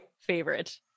favorite